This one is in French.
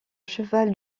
cheval